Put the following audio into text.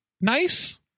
nice